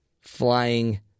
flying